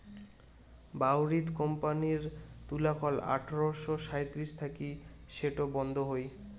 বাউরিথ কোম্পানির তুলাকল আঠারশো সাঁইত্রিশ থাকি সেটো বন্ধ হই